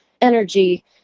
energy